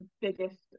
biggest